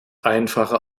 einfache